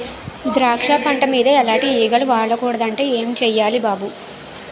ద్రాక్ష పంట మీద ఎలాటి ఈగలు వాలకూడదంటే ఏం సెయ్యాలి బాబూ?